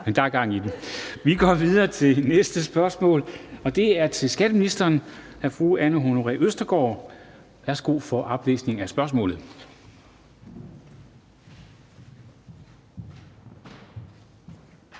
for der er gang i den. Vi går videre til næste spørgsmål, og det er til skatteministeren af fru Anne Honoré Østergaard. Kl. 14:23 Spm.